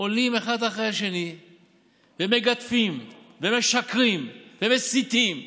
עולים אחד אחרי השני ומגדפים ומשקרים ומסיתים ומדיחים.